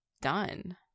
done